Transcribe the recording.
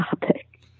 topic